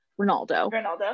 Ronaldo